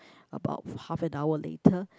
about half an hour later